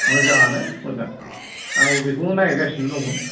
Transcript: मोजाङानो मोजां आंबो बेखौनो नागिरगासिनोदंमोन